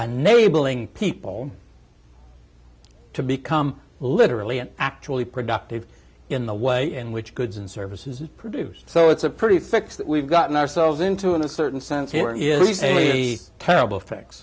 neighboring people to become literally and actually productive in the way in which goods and services produced so it's a pretty fix that we've gotten ourselves into in a certain sense here is usually terrible effects